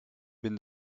been